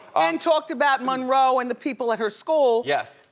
and talked about monroe and the people at her school. yes.